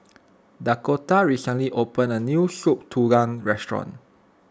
Dakoda recently opened a new Soup Tulang restaurant